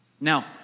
Now